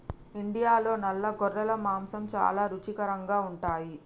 ఇండియాలో నల్ల గొర్రెల మాంసం చాలా రుచికరంగా ఉంటాయి